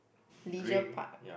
leisure part